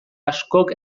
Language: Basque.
askok